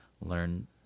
learn